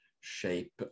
shape